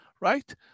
Right